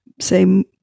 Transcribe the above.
say